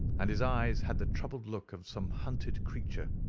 and his eyes had the troubled look of some hunted creature.